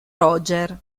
roger